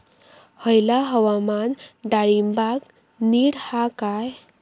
हयला हवामान डाळींबाक नीट हा काय?